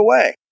away